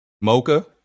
Mocha